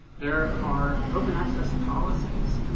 there are open access policies,